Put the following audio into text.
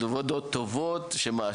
תודה רבה.